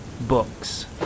books